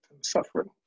suffering